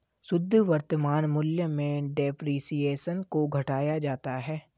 शुद्ध वर्तमान मूल्य में डेप्रिसिएशन को घटाया जाता है